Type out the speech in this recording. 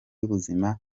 y’ubuhinzi